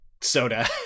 soda